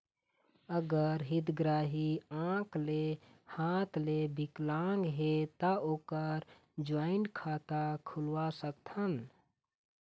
अगर हितग्राही आंख ले हाथ ले विकलांग हे ता ओकर जॉइंट खाता खुलवा सकथन?